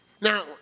Now